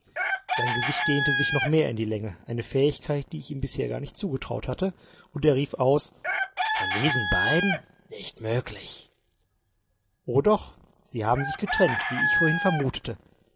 sein gesicht dehnte sich noch mehr in die länge eine fähigkeit die ich ihm bisher gar nicht zugetraut hatte und er rief aus von diesen beiden nicht möglich o doch sie haben sich getrennt wie ich vorhin vermutete